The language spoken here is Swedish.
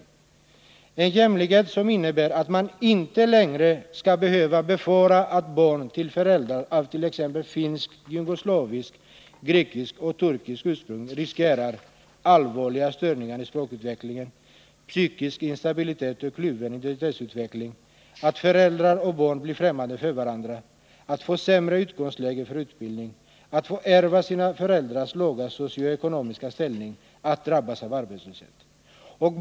Det är en jämlikhet som innebär att man inte längre skall behöva befara att barn till föräldrar av t.ex. finskt, jugoslaviskt, grekiskt och turkiskt ursprung riskerar psykisk instabilitet och kluven identitetsutveckling, att föräldrar och barn blir främmande för varandra, att få sämre utgångsläge för utbildning, att få ärva sina föräldrars låga socio-ekonomiska ställning, att drabbas av arbetslöshet.